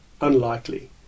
Unlikely